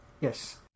Yes